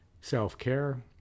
self-care